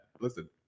listen